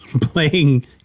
playing